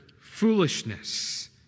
foolishness